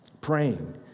Praying